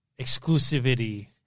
exclusivity